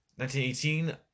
1918